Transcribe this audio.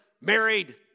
married